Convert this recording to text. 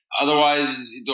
Otherwise